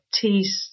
tea